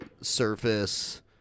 Surface